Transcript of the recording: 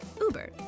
Uber